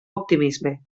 optimisme